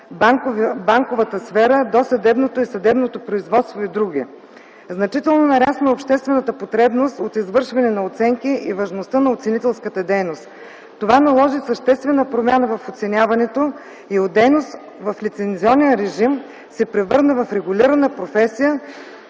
банковата сфера, досъдебното и съдебното производство и други. Значително нарасна обществената потребност от извършване на оценки и важността на оценителската дейност. Това наложи съществена промяна в оценяването и от дейност в лицензионен режим се превърна в регулирана професия